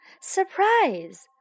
Surprise